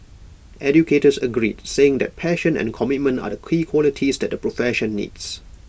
educators agreed saying that passion and commitment are the key qualities that the profession needs